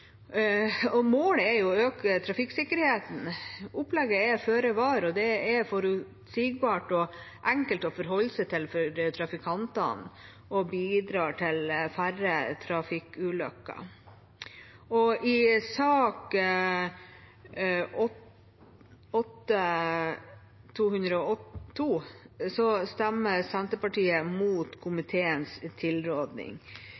Målet er å øke trafikksikkerheten, og opplegget er føre var. Det er forutsigbart og enkelt å forholde seg til for trafikantene og bidrar til færre trafikkulykker.